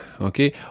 okay